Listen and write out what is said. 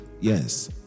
Yes